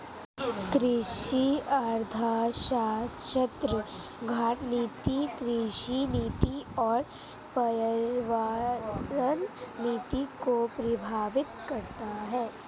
कृषि अर्थशास्त्र खाद्य नीति, कृषि नीति और पर्यावरण नीति को प्रभावित करता है